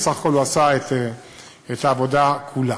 סך הכול הוא עשה את העבודה כולה,